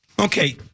Okay